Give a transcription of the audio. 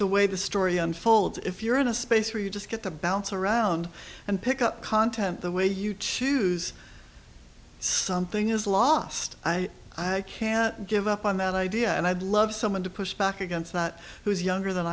the way the story unfolds if you're in a space where you just get the bounce around and pick up content the way you choose something is lost i i can't give up on that idea and i'd love someone to push back against that who's younger than